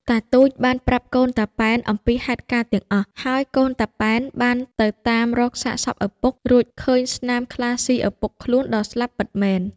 តាទូចបានប្រាប់កូនតាប៉ែនអំពីហេតុការណ៍ទាំងអស់ ហើយកូនតាប៉ែនបានទៅតាមរកសាកសពឪពុក រួចឃើញស្នាមខ្លាស៊ីឪពុកខ្លួនដល់ស្លាប់ពិតមែន។